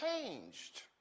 changed